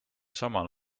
samal